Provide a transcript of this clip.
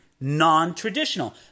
non-traditional